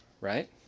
right